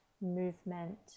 movement